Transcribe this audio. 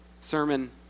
sermon